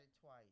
twice